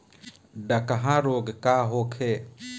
डकहा रोग का होखे?